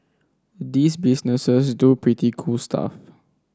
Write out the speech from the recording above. these businesses do pretty cool stuff